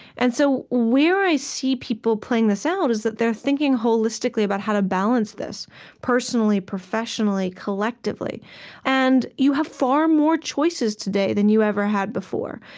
and so where i see people playing this out is that they're thinking holistically about how to balance this personally, professionally, collectively and you have far more choices today than you ever had before.